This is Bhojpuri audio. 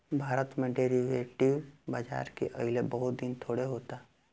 भारत में डेरीवेटिव बाजार के अइले बहुत दिन थोड़े होता